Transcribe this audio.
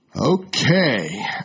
Okay